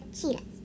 cheetahs